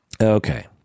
Okay